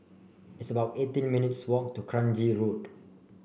it's about eighteen minutes' walk to Kranji Road